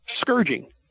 scourging